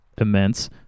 immense